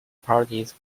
parties